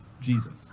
Jesus